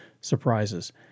surprises